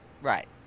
Right